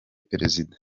perezida